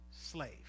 slave